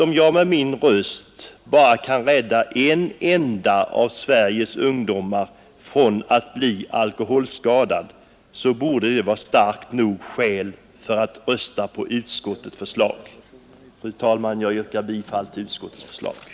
Om jag med min röst bara kan rädda en enda av Sveriges ungdomar från att bli alkoholskadad, borde det vara ett skäl starkt nog för mig att rösta på utskottets förslag. Fru talman! Jag yrkar bifall till utskottets hemställan.